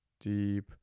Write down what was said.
deep